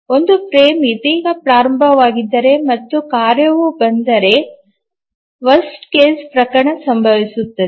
ಒಂದು ಫ್ರೇಮ್ ಇದೀಗ ಪ್ರಾರಂಭವಾಗಿದ್ದರೆ ಮತ್ತು ಕಾರ್ಯವು ಬಂದರೆ ಕೆಟ್ಟ ಪ್ರಕರಣ ಸಂಭವಿಸುತ್ತದೆ